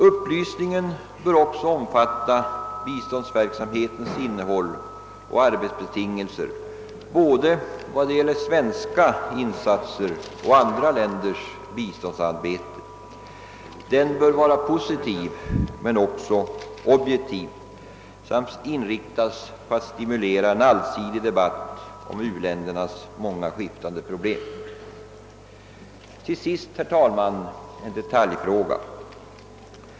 Upplysningen bör också omfatta biståndsverksamhetens innehåll och arbetsbetingelser vad gäller både svenska insatser och andra länders biståndsarbete. Den bör vara positiv men också objektiv samt inriktas på att stimulera till en allsidig debatt om u-ländernas många skiftande problem. Till sist, herr talman, en detaljfråga!